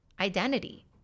identity